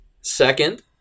Second